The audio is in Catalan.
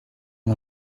amb